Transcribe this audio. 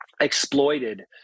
exploited